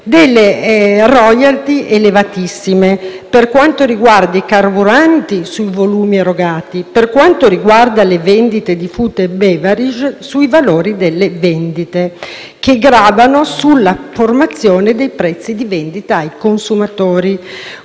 *royalty* elevatissime - per quanto riguarda i carburanti, sui volumi erogati e, per quanto riguarda la categoria *food and beverage*, sui valori delle vendite - che gravano sulla formazione dei prezzi di vendita ai consumatori,